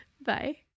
Bye